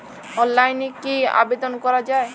অনলাইনে কি আবেদন করা য়ায়?